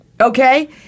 Okay